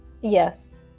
Yes